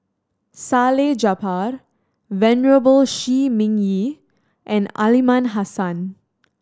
Salleh Japar Venerable Shi Ming Yi and Aliman Hassan